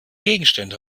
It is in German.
gegenstände